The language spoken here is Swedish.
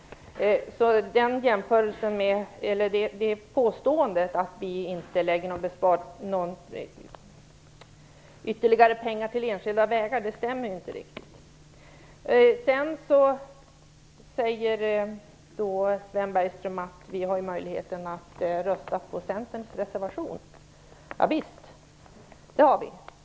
Det påståendet att vi inte lägger ytterligare pengar till enskilda vägar stämmer inte. Sedan säger Sven Bergström att vi har möjligheten att rösta på Centerns reservation. Javisst, det har vi.